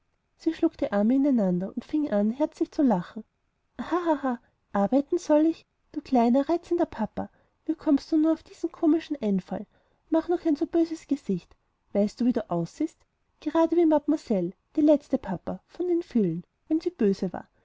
sie schlug die arme ineinander und fing an herzlich zu lachen hahahaha arbeiten soll ich du kleiner reizender papa wie kommst du denn auf diesen komischen einfall mach nur nicht ein so böses gesicht weißt du wie du jetzt aussiehst gerade wie mademoiselle die letzte papa von den vielen wenn sie böse war